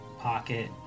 pocket